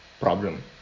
problem